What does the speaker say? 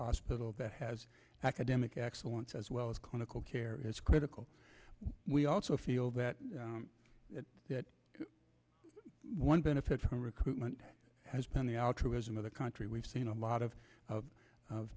hospital that has academic excellence as well as clinical care is critical we also feel that that one benefit from recruitment has been the altruism of the country we've seen a lot of